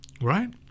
right